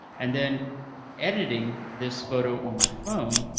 and then editing this photo on my phone,